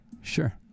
Sure